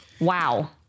Wow